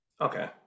Okay